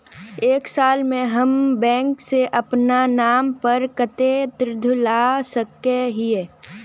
एक साल में हम बैंक से अपना नाम पर कते ऋण ला सके हिय?